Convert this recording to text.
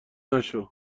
نشو